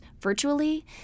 virtually